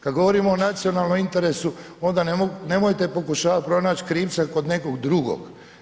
Kada govorimo o nacionalnom interesu, onda nemojte pokušavati pronaći krivca kod nekog drugog.